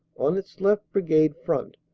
on its left brigade front,